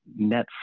Netflix